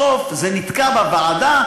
בסוף זה נתקע בוועדה,